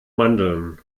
mandeln